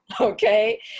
okay